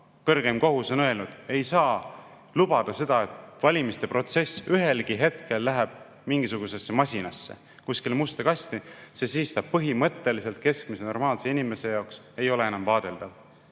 kõrgeim kohus on öelnud, et ei saa lubada seda, et valimiste protsess ühelgi hetkel läheb mingisugusesse masinasse, kuskile musta kasti, sest siis ta põhimõtteliselt keskmise normaalse inimese jaoks ei ole enam vaadeldav.